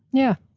yeah.